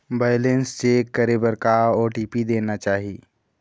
Balance check करे बर का ओ.टी.पी देना चाही?